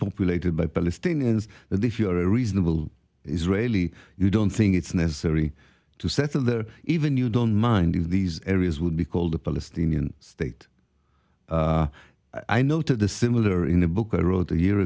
populated by palestinians that if you're a reasonable israeli you don't think it's necessary to settle there even you don't mind if these areas would be called a palestinian state i noted the similar in the book i wrote a year